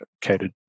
catered